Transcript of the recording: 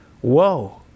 Whoa